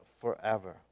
forever